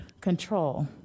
control